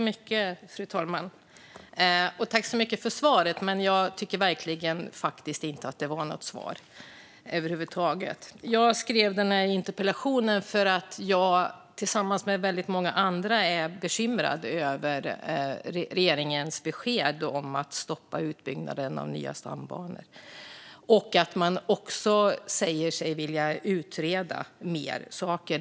Fru talman! Jag tackar så mycket för interpellationssvaret. Jag tycker dock verkligen inte att det var något svar över huvud taget. Jag skrev interpellationen för att jag tillsammans med väldigt många andra är bekymrad över regeringens besked om att stoppa utbyggnaden av nya stambanor. Man säger sig vilja utreda mer saker.